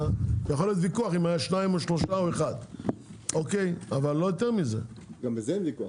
יכול להיות ויכוח אם היה 2 או 3 או 1. גם על זה אין ויכוח.